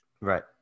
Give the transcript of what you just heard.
Right